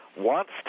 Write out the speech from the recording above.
wants